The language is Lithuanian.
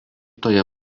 toje